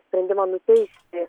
sprendimą nuteisti